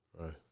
Right